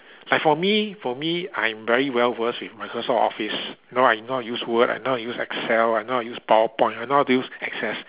like for me for me I am very well versed with Microsoft Office you know I know how to use Word I know how to use Excel I know how to use PowerPoint I know how to use Access